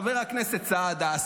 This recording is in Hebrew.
חבר הכנסת סעדה,